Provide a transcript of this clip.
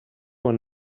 were